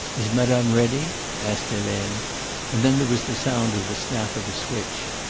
is madame ready? asked helene and then there was the sound of the snap of a switch.